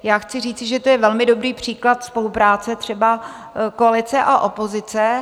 Já chci říci, že to je velmi dobrý příklad spolupráce třeba koalice a opozice.